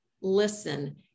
listen